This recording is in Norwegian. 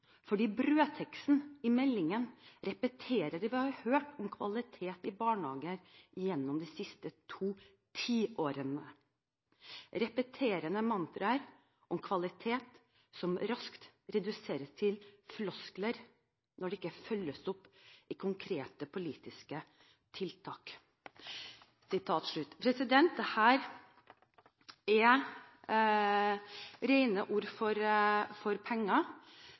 fordi brødteksten i meldingen repeterer det vi har hørt om kvalitet i barnehager gjennom de siste to tiårene. Repeterende mantraer om kvalitet som raskt reduseres til floskler når det ikke følges opp i konkrete politiske tiltak.» Dette er rene ord for pengene. Det er